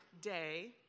day